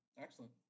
Excellent